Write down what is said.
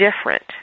different